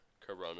Corona